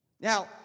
Now